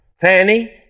Fanny